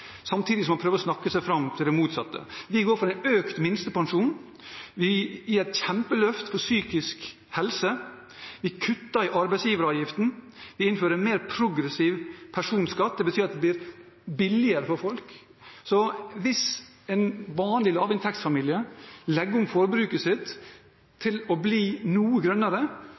samtidig som man prøver å snakke seg fram til det motsatte. Vi går inn for økt minstepensjon. Vi gir et kjempeløft for psykisk helse. Vi kutter i arbeidsgiveravgiften. Vi innfører mer progressiv personskatt. Det betyr at det blir billigere for folk. Hvis en vanlig lavinntektsfamilie legger om forbruket sitt til å bli noe grønnere